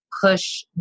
push